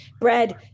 bread